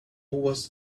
was